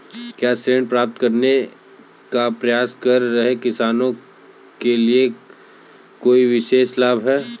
क्या ऋण प्राप्त करने का प्रयास कर रहे किसानों के लिए कोई विशेष लाभ हैं?